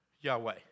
Yahweh